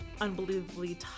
unbelievably